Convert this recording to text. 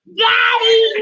daddy